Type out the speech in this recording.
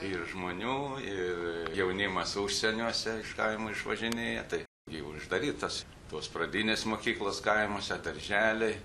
ir žmonių ir jaunimas užsieniuose iš kaimų išvažinėja tai gi uždarytos tos pradinės mokyklos kaimuose darželiai